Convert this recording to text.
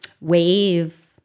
wave